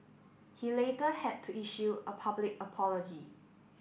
he later had to issue a public apology